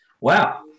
wow